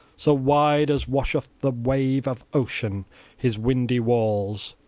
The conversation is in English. so wide as washeth the wave of ocean his windy walls.